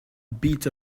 bit